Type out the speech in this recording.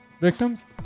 victims